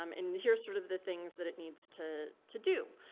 um and here's sort of the things that it needs to to do.